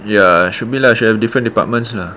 ya should be lah sure have different departments lah